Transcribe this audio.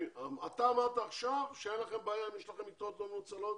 אתה אמרת עכשיו שאין לכם בעיה אם יש לכם יתרות לא מנוצלות